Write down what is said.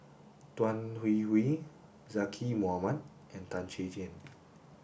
Tan Hwee Hwee Zaqy Mohamad and Tan Chay